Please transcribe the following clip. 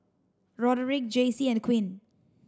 Roderick Jaycee and Quinn